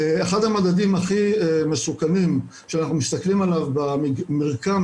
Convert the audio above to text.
אחד המדדים שאנחנו מסתכלים עליו במרקם